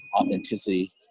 authenticity